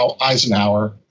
Eisenhower